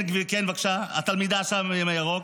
כן, בבקשה, התלמידה שם עם הירוק.